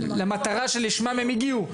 למטרה שלשמם הם הגיעו.